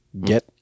get